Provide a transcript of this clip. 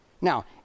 Now